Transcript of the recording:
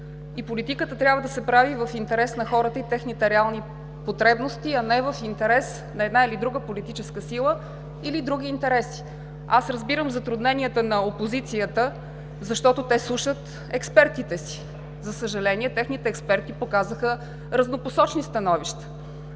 Политиката трябва да се прави в интерес на хората и техните реални потребности, а не в интерес на една или друга политическа сила, или други интереси. Аз разбирам затрудненията на опозицията, защото те слушат експертите си. За съжаление, техните експерти показаха разнопосочни становища.